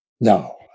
No